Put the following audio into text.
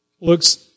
Looks